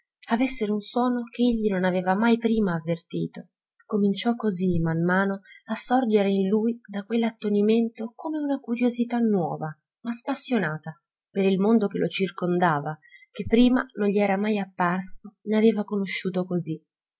avessero un suono ch'egli non aveva mai prima avvertito cominciò così man mano a sorgere in lui da quell'attonimento come una curiosità nuova ma spassionata per il mondo che lo circondava che prima non gli era mai apparso né aveva conosciuto così